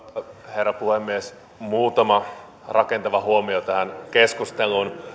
herra puhemies muutama rakentava huomio tähän keskusteluun